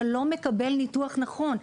אתה לא מקבל ניתוח נכון,